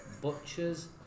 butchers